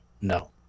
No